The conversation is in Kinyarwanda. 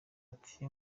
ati